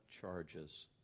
charges